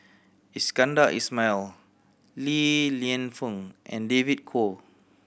Iskandar Ismail Li Lienfung and David Kwo